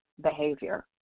behavior